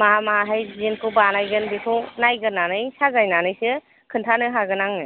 मा माहाय दिजेनखौ बानायगोन बेखौ नायगोरनानै साजायनानै सो खोन्थानो हागोन आङो